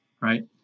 right